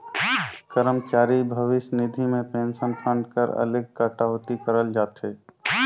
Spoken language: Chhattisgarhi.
करमचारी भविस निधि में पेंसन फंड कर अलगे कटउती करल जाथे